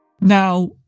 Now